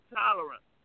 tolerance